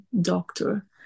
doctor